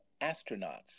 astronauts